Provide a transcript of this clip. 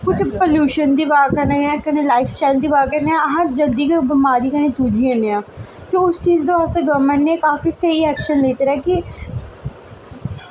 कुछ प्लयूशन दी ब'जा कन्नै कुछ लाइफ स्टाइल दी ब'जा कन्नै अस जल्दी गै बमारी कन्नै जूजी जन्ने आं ते उस चीज दा गौरमैंट ने काफी स्हेई ऐक्शन लैता दा ऐ कि